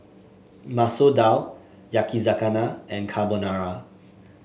Masoor Dal Yakizakana and Carbonara